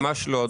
ממש לא.